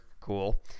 Cool